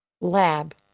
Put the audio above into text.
lab